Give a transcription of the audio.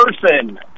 person